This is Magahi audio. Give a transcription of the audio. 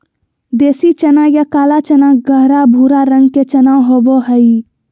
देसी चना या काला चना गहरा भूरा रंग के चना होबो हइ